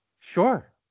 sure